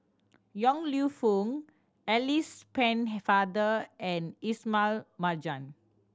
Yong Lew Foong Alice Pennefather and Ismail Marjan